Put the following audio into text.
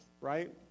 right